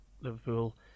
Liverpool